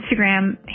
Instagram